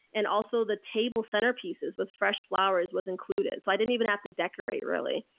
and also the table center pieces with fresh flowers was included. so i didn't even have to decorate really.